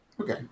Okay